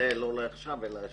זה לא לעכשיו אלא כשתענה.